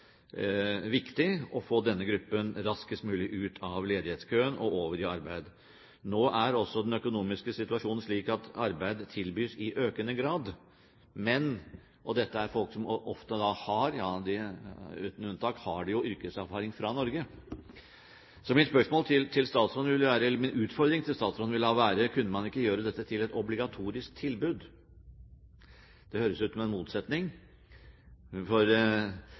viktig å få denne gruppen raskest mulig ut av ledighetskøen og over i arbeid. Nå er den økonomiske situasjonen slik at arbeid tilbys i økende grad, og dette er folk som uten unntak har yrkeserfaring fra Norge. Min utfordring til statsråden vil altså være: Kunne man ikke gjøre språkopplæring til et obligatorisk tilbud? Det høres ut som en motsetning